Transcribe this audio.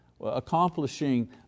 Accomplishing